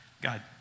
God